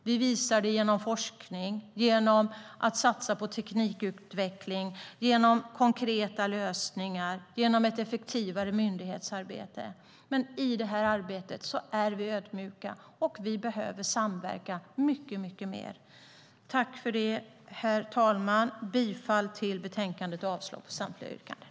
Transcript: Vi visar det genom forskning, genom att satsa på teknikutveckling, genom konkreta lösningar och genom ett effektivare myndighetsarbete. Men i detta arbete är vi ödmjuka, och vi behöver samverka mycket mer. Herr talman! Jag yrkar bifall till förslaget i betänkandet och avslag på samtliga yrkanden.